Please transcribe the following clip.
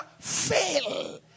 fail